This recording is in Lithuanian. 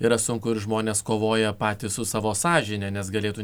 yra sunku ir žmonės kovoja patys su savo sąžine nes galėtų